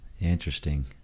Interesting